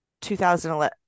2011